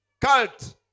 cult